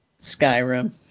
Skyrim